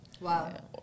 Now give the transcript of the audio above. Wow